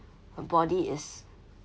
her body is